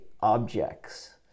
objects